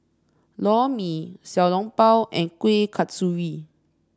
Lor Mee Xiao Long Bao and Kuih Kasturi